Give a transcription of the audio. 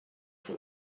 for